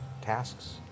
tasks